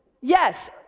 yes